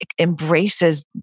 embraces